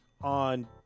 on